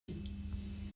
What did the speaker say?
dit